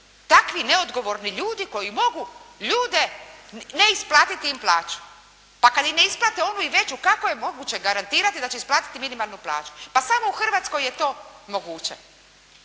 takvi neodgovorni ljudi koji mogu ljude ne isplatiti im plaću. Pa kad im ne isplate onu i veću kako je moguće garantirati da će isplatiti minimalnu plaću. Pa samo u Hrvatskoj je to moguće.